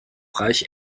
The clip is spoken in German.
reich